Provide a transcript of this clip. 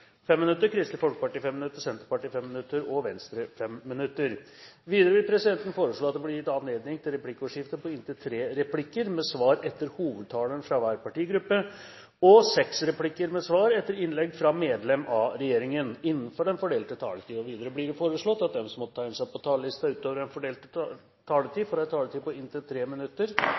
fem replikker med svar etter innlegg fra medlem av regjeringen innenfor den fordelte taletid. Videre blir det foreslått at de som måtte tegne seg på talerlisten utover den fordelte taletid, får en taletid på inntil 3 minutter.